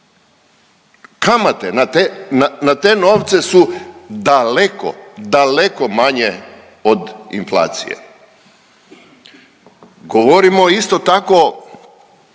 Kamate na te novce su daleko, daleko manje od inflacije. Govorimo isto tako